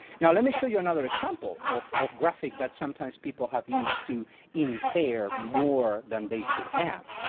now let me show you another example of of graphic that sometimes people have used to infer more than they should have.